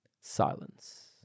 Silence